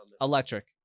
electric